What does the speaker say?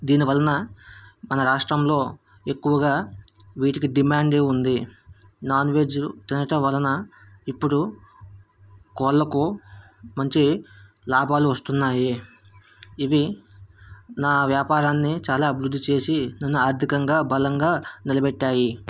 దీనివలన మన రాష్ట్రంలో ఎక్కువగా వీటికి డిమాండ్ ఉంది నాన్ వెజ్ తినటం వలన ఇప్పుడు కోళ్ళకు మంచి లాభాలు వస్తున్నాయి ఇవి నా వ్యాపారాన్ని చాలా అభివృద్ధి చేసి నన్ను ఆర్థికంగా బలంగా నిలబెట్టాయి